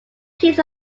case